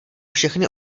všechny